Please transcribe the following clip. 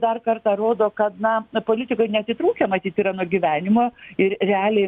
dar kartą rodo kad na politikai neatitrūkę matyt yra nuo gyvenimo ir realiai